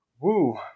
Woo